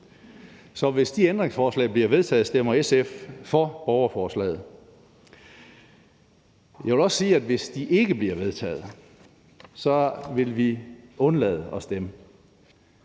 Så hvis de ændringsforslag bliver vedtaget, stemmer SF for borgerforslaget. Jeg vil også sige, at hvis de ikke bliver vedtaget, vil vi undlade at stemme.